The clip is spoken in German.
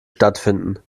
stattfinden